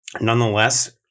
nonetheless